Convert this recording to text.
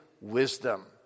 wisdom